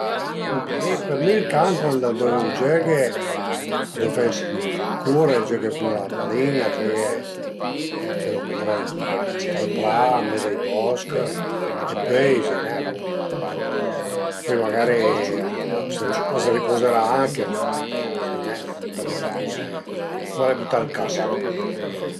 Alura për mi ël can cuand a deu giöghe a deu fe, cure, giöche cun la balin-a, giöghe, felu cure ënt ë pra, ën mes ai bosch e pöi sai pi nen, pöi magari a së ripozerà anche, sai pa, ëntà vëddi cum al e bütà ël can, tüt li